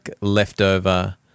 leftover